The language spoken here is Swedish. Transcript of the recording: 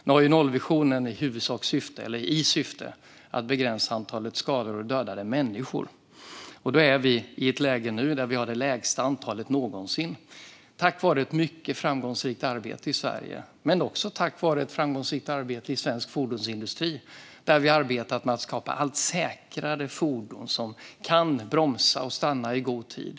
Nu har ju nollvisionen i syfte att begränsa antalet skadade och dödade människor, och vi är nu i ett läge där vi har det lägsta antalet någonsin tack vare ett mycket framgångsrikt arbete i Sverige - men också tack vare ett framgångsrikt arbete i svensk fordonsindustri, där vi arbetat med att skapa allt säkrare fordon som kan bromsa och stanna i god tid.